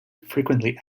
frequently